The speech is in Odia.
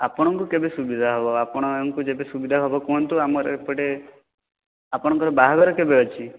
ଆପଣଙ୍କୁ କେବେ ସୁବିଧାହେବ ଆପଣଙ୍କୁ ଯେବେ ସୁବିଧାହେବ କୁହନ୍ତୁ ଆମର ଏପଟେ ଆପଣଙ୍କର ବାହାଘର କେବେ ଅଛି